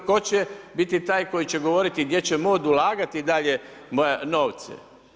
Tko će biti taj koji će govoriti gdje će mod ulagati dalje novce.